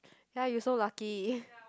ya you so lucky